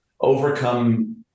overcome